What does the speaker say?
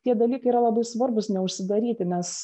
tie dalykai yra labai svarbūs neužsidaryti nes